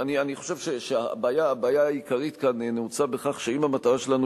אני חושב שהבעיה העיקרית כאן נעוצה בכך שאם המטרה שלנו